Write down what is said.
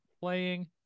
playing